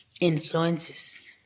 influences